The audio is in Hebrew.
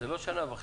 אז זה לא שנה וחצי.